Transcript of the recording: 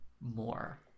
more